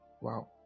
Wow